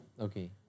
okay